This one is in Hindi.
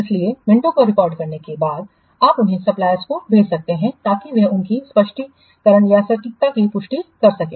इसलिए मिनटों को रिकॉर्ड करने के बाद आप उन्हें सप्लायर्स को भेज सकते हैं ताकि वे उनकी सटीकता की पुष्टि कर सकें